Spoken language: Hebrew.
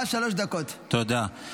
חברת הכנסת מירב בן ארי.